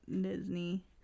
Disney